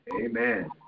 Amen